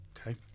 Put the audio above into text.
Okay